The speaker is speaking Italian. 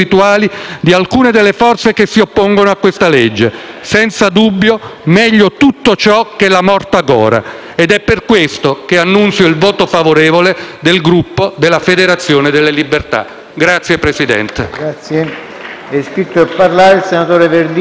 Senza dubbio, meglio tutto ciò che la morta gora. Ed è per questo che annuncio il voto favorevole del Gruppo Federazione della Libertà. *(Applausi